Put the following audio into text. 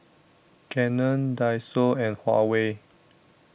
Canon Daiso and Huawei